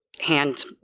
hand